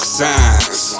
signs